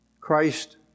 Christ